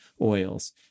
oils